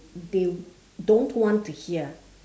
they don't want to hear